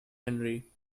henry